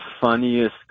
funniest